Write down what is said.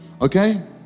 Okay